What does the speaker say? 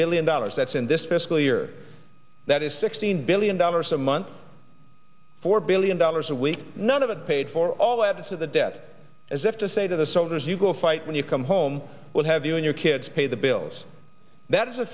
billion dollars that's in this fiscal year that is sixteen billion dollars a month four billion dollars a week none of it paid for all add to the debt as if to say to the soldiers you go fight when you come home we'll have you and your kids pay the bills that is a